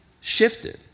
shifted